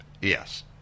Yes